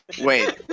wait